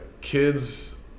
kids